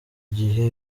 gihe